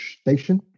station